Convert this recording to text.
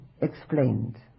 explained